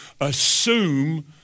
assume